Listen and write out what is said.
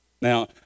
Now